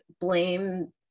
blame